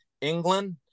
England